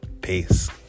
Peace